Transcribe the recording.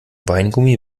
weingummi